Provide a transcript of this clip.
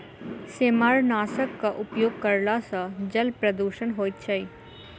सेमारनाशकक उपयोग करला सॅ जल प्रदूषण होइत छै